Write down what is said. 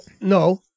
No